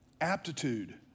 Aptitude